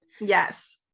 Yes